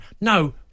No